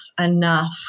enough